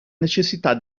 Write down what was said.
necessità